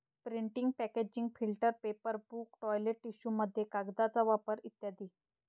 printing packaging filter paper book toilet टिश्यूमध्ये कागदाचा वापर इ